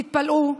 תתפלאו,